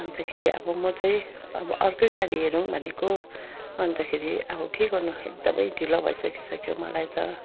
अन्तखेरि अब म चाहिँ अब अर्कै गाडी हेरौँ भनेको अन्तखेरि अब के गर्नु एकदमै ढिलो भइसकिसक्यो मलाई त